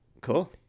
Cool